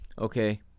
okay